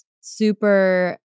super